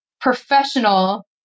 professional